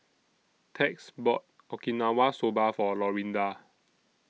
Tex bought Okinawa Soba For Lorinda